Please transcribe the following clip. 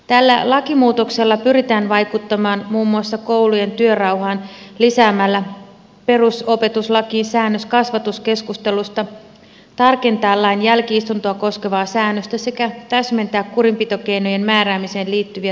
tällä lakimuutoksella pyritään vaikuttamaan muun muassa koulujen työrauhaan lisäämällä perusopetuslakiin säännös kasvatuskeskustelusta tarkentamalla lain jälki istuntoa koskevaa säännöstä sekä täsmentämällä kurinpitokeinojen määräämiseen liittyviä toimivaltuuksia